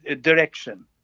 direction